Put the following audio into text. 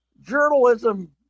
journalism